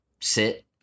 sit